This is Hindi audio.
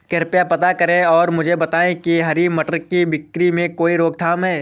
कृपया पता करें और मुझे बताएं कि क्या हरी मटर की बिक्री में कोई रोकथाम है?